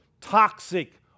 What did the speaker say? toxic